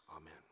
Amen